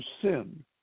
sin